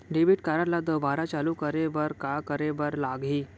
Debit card ला दोबारा चालू करे बर का करे बर लागही?